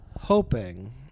hoping